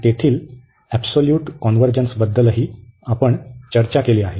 आणि तेथील एबसोल्यूट कॉन्व्हर्जन्सबद्दलही आपण चर्चा केली आहे